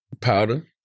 Powder